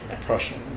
Prussian